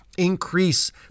increase